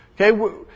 okay